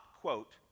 quote